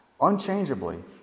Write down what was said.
unchangeably